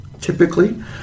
typically